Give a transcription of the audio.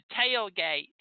tailgate